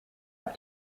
auf